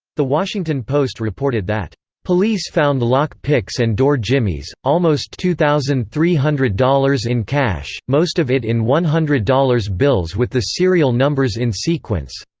the washington post reported that police found lock-picks and door jimmies, almost two thousand three hundred dollars in cash, most of it in one hundred dollars bills with the serial numbers in sequence.